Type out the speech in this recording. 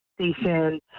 station